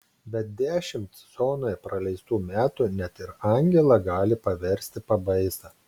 bet dešimt zonoje praleistų metų net ir angelą gali paversti pabaisa